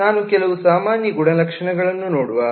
ನಾನು ಕೆಲವು ಸಾಮಾನ್ಯ ಗುಣಲಕ್ಷಣಗಳನ್ನು ನೋಡುವ